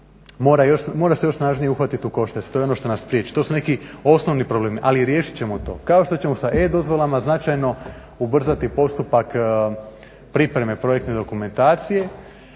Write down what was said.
mora se još snažnije uhvatiti u koštac, to je ono što nas priječi, to su neki osnovni problemi ali riješit ćemo to, kao što ćemo sa e-dozvolama značajno ubrzati postupak pripreme projektne dokumentacije,